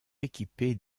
équipées